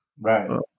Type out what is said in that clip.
Right